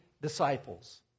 disciples